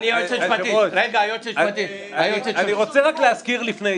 מי בעד הצעה 25 של קבוצת